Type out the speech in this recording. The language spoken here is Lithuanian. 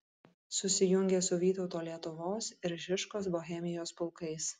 susijungė su vytauto lietuvos ir žižkos bohemijos pulkais